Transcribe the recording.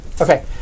Okay